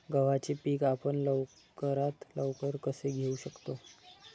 गव्हाचे पीक आपण लवकरात लवकर कसे घेऊ शकतो?